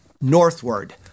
Northward